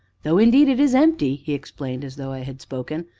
though, indeed, it is empty! he explained, as though i had spoken.